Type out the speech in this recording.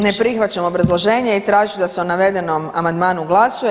Ne prihvaćam obrazloženje i tražim da se o navedenom amandmanu glasuje.